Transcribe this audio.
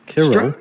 Kira